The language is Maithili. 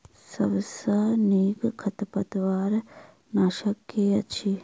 सबसँ नीक खरपतवार नाशक केँ अछि?